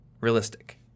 realistic